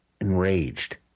enraged